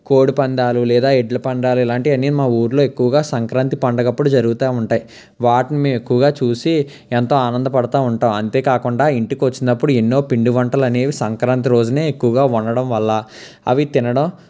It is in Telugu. కోడి పందాలు లేదా ఎడ్ల పందాలు ఇలాంటివన్నీ మా ఊర్లో ఎక్కువగా సంక్రాంతి పండుగప్పుడు జరుగుతూ ఉంటాయి వాటిని మేము ఎక్కువగా చూసి ఎంతో ఆనందపడుతూ ఉంటాం అంతేకాకుండా ఇంటికి వచ్చినప్పుడు ఎన్నో పిండి వంటలు అనేవి సంక్రాంతి రోజునే ఎక్కువగా వండడం వల్ల అవి తినడం